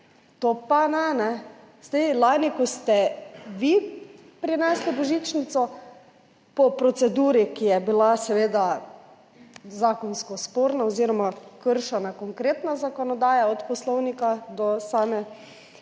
To pa ne. Lani, ko ste vi prinesli božičnico po proceduri, ko je bila seveda zakonsko sporna oziroma kršena konkretna zakonodaja od poslovnika do samega